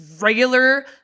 regular